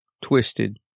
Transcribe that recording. twisted